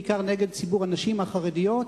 בעיקר נגד ציבור הנשים החרדיות,